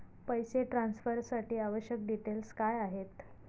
पैसे ट्रान्सफरसाठी आवश्यक डिटेल्स काय आहेत?